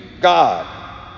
God